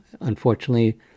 Unfortunately